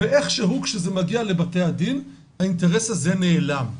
ואיכשהו כשזה מגיע לבתי הדין, האינטרס הזה נעלם.